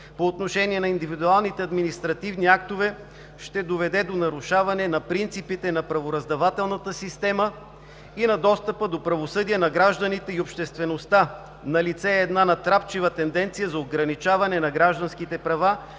по отношение на индивидуалните административни актове ще доведе до нарушаване на принципите на правораздавателната система и на достъпа до правосъдие на гражданите и обществеността. Налице е една натрапчива тенденция за ограничаване на гражданските права